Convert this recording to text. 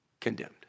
condemned